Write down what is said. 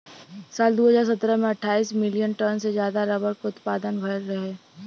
साल दू हज़ार सत्रह में अट्ठाईस मिलियन टन से जादा रबर क उत्पदान भयल रहे